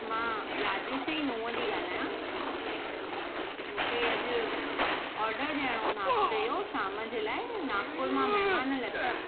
मां राजेश जी नूहं थी ॻाल्हायां मूंखे अॼु ऑर्डरु ॾियणो नाश्ते जो शाम जे लाइ नागपुर मां महिमानु लथिया आहिनि